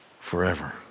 Forever